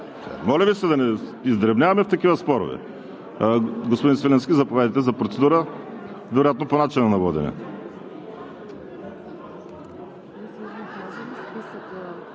Моля Ви се да не издребняваме в такива спорове. Господин Свиленски, заповядайте за процедура, вероятно по начина на водене.